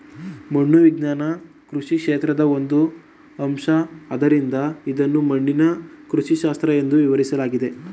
ಮಣ್ಣು ವಿಜ್ಞಾನ ಕೃಷಿ ಕ್ಷೇತ್ರದ ಒಂದು ಅಂಶ ಆದ್ದರಿಂದ ಇದನ್ನು ಮಣ್ಣಿನ ಕೃಷಿಶಾಸ್ತ್ರ ಎಂದೂ ವಿವರಿಸಲಾಗಿದೆ